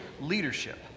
leadership